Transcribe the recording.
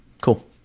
Cool